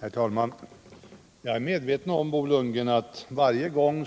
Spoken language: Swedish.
Herr talman! Jag är medveten om, Bo Lundgren, att man varje gång